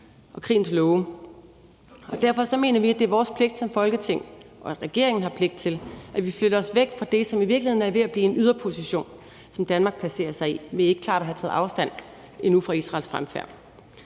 og krigens love, og derfor mener vi, at vi har pligt til som Folketing, og at regeringen har pligt til, at vi flytter os væk fra det, som i virkeligheden er ved at blive en yderposition, som Danmark placerer sig i ved ikke endnu klart at have taget afstand fra Israels fremfærd.